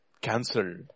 Cancelled